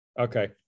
okay